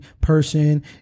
person